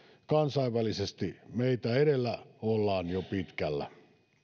kansainvälisesti meitä edellä ollaan jo pitkällä